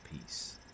peace